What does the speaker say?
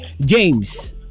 James